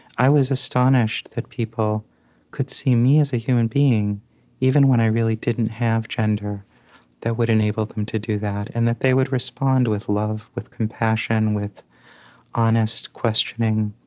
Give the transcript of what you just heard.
i was astonished that people could see me as a human being even when i really didn't have gender that would enable them to do that and that they would respond with love, with compassion, with honest questioning,